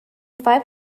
five